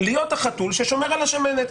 להיות החתול ששומר על השמנת.